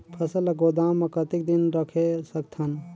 फसल ला गोदाम मां कतेक दिन रखे सकथन?